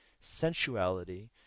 sensuality